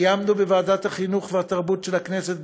קיימנו בוועדת החינוך והתרבות של הכנסת,